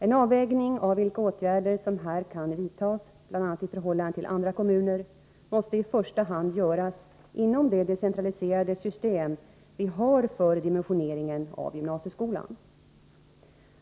En avvägning av vilka åtgärder som här kan vidtas, bl.a. i förhållande till andra kommuner, måste i första hand göras inom det decentraliserade system vi har för dimensioneringen av gymnasieskolan.